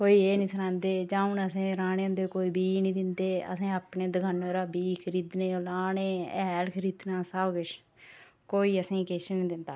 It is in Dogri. कोई एह् नी सनांदे जां हुन असें राह्ने हुंदे कोई बी नी दिंदे असें अपने दकानें परा बी खरीदने लाने हैल खरीदना सब किश कोई असेंगी किश नी दिंदा